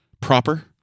proper